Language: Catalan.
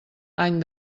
any